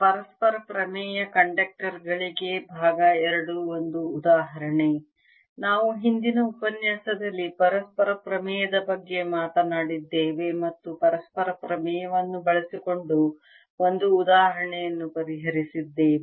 ಪರಸ್ಪರ ಪ್ರಮೇಯ ಕಂಡಕ್ಟರ್ ಗಳಿಗೆ II ಒಂದು ಉದಾಹರಣೆ ನಾವು ಹಿಂದಿನ ಉಪನ್ಯಾಸದಲ್ಲಿ ಪರಸ್ಪರ ಪ್ರಮೇಯದ ಬಗ್ಗೆ ಮಾತನಾಡಿದ್ದೇವೆ ಮತ್ತು ಪರಸ್ಪರ ಪ್ರಮೇಯವನ್ನು ಬಳಸಿಕೊಂಡು ಒಂದು ಉದಾಹರಣೆಯನ್ನು ಪರಿಹರಿಸಿದ್ದೇವೆ